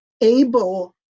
able